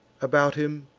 about him,